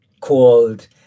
called